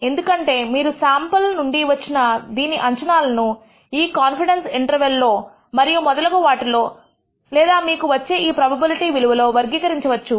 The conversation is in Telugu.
ఎందుకంటే మీరు శాంపుల్ నుండి వచ్చిన దీని అంచనాలను ఈ కాన్ఫిడెన్స్ ఇంటర్వెల్ లో మరియు మొదలగు వాటి లో లేదా మీకు వచ్చే ఈ ప్రోబబిలిటీ విలువ లో వర్గీకరించవచ్చు